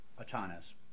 autonomous